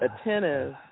attentive